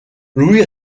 louis